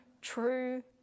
true